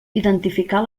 identificar